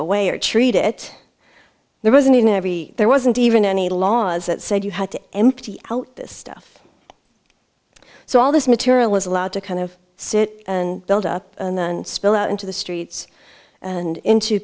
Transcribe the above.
away or treat it there wasn't even every there wasn't even any laws that said you had to empty out this stuff so all this material was allowed to kind of sit and build up and spill out into the streets and into